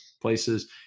places